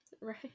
Right